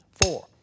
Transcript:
four